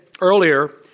earlier